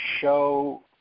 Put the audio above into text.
show